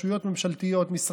רשויות ממשלתיות, משרדים,